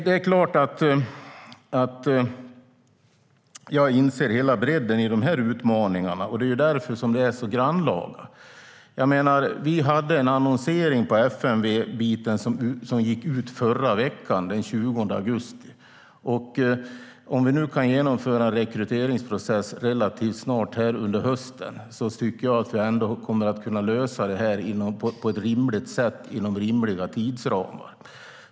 Det är klart att jag inser hela bredden i utmaningarna. Det är därför som det är så grannlaga. Vi hade en annonsering på FMV-delen som gick ut förra veckan den 20 augusti. Om vi kan genomföra en rekryteringsprocess relativt snart under hösten kommer vi ändå att kunna lösa det på ett rimligt sätt inom rimliga tidsramar.